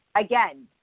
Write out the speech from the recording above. again